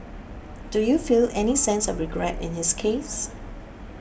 do you feel any sense of regret in his case